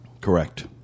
Correct